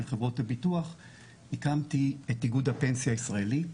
חברות הביטוח הקמתי את איגוד הפנסיה הישראלי,